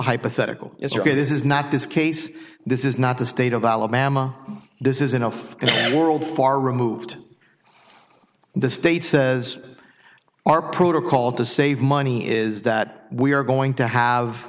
hypothetical is your this is not this case this is not the state of alabama this is enough world far removed the state says our protocol to save money is that we are going to have